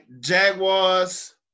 Jaguars